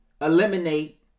eliminate